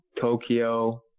Tokyo